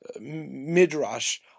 midrash